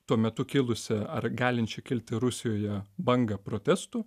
tuo metu kilusią ar galinčią kilti rusijoje bangą protestų